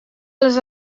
les